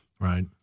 Right